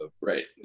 Right